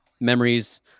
memories